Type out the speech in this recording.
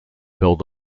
build